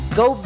go